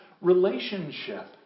relationship